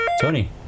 Tony